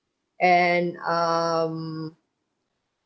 and um